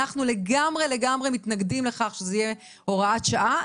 אנחנו לגמרי מתנגדים לכך שזה יהיה הוראת שעה.